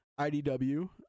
IDW